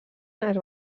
unes